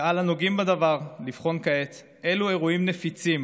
על הנוגעים בדבר לבחון כעת אילו אירועים נפיצים